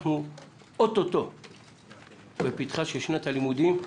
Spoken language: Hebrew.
אנחנו אוטוטו בפתחה של שנת הלימודים,